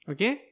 Okay